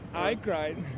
i cried.